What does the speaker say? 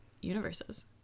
universes